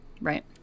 Right